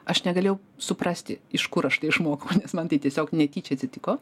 aš negalėjau suprasti iš kur aš išmokau nes man tai tiesiog netyčia atsitiko